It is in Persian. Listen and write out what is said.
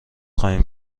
خواهیم